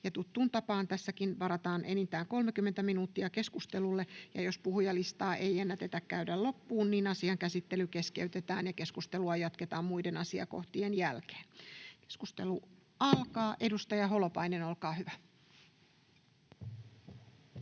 tuttuun tapaan tässäkin varataan enintään 30 minuuttia keskustelulle, ja jos puhujalistaa ei ennätetä käydä loppuun, asian käsittely keskeytetään ja keskustelua jatketaan muiden asiakohtien jälkeen. — Keskustelu alkaa. Edustaja Holopainen, olkaa hyvä.